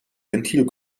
ventil